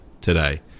today